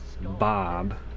Bob